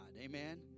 Amen